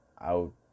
out